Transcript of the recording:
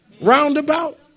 roundabout